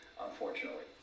unfortunately